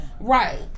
Right